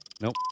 Nope